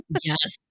Yes